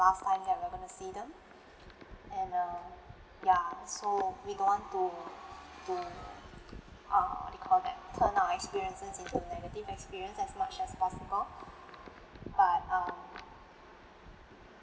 last time that we're going to see them and uh ya so we don't want to to uh what you call that turn our experiences into negative experience as much as possible but um